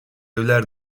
evler